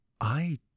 I